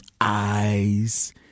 eyes